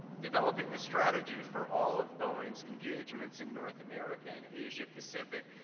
developing the strategy for all of boeing's engagements in north america and asia-pacific.